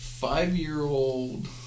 Five-year-old